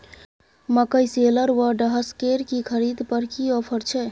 मकई शेलर व डहसकेर की खरीद पर की ऑफर छै?